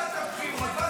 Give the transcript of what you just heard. הפסדת בבחירות,